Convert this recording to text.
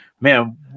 man